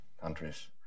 countries